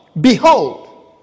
behold